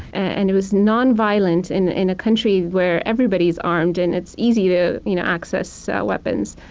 and it was non-violent in in a country where everybody's armed and it's easy to you know access weapons.